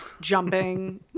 jumping